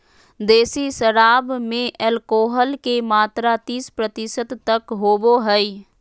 देसी शराब में एल्कोहल के मात्रा तीस प्रतिशत तक होबो हइ